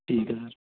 ਠੀਕ ਹੈ ਸਰ